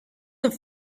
have